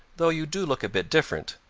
though you do look a bit different.